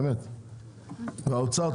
והאוצר,